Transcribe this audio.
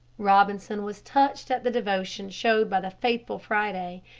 robinson was touched at the devotion showed by the faithful friday,